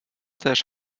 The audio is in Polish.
też